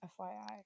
FYI